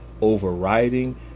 overriding